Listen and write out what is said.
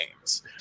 games